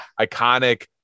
iconic